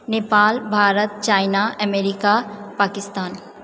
Nepal Bharat China America Pakistan